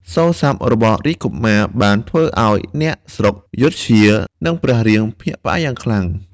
សូរស័ព្ទរបស់រាជកុមារ បានធ្វើឱ្យអ្នកស្រុកព្ធយុធ្យា និងព្រះរាមភ្ញាក់ផ្អើលយ៉ាងខ្លាំង។